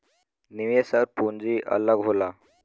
निवेश आउर पूंजी अलग होला